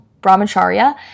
brahmacharya